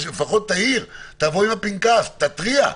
לפחות תעיר, תבוא עם הפנקס, תתריע.